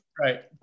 right